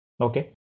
Okay